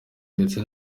ndetse